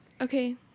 okay